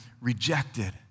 rejected